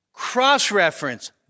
Cross-reference